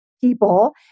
people